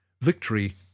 Victory